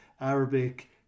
Arabic